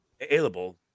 available